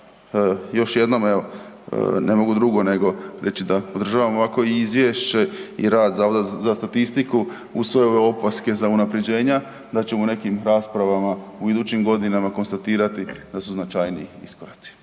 Još jednom evo, ne mogu drugo nego reći da podržavam ovakvo izvješće i rad Zavoda za statistiku uz sve ove opaske za unaprjeđenja, da ćemo u nekim raspravama u idućim godinama konstatirati da su značajniji iskoraci.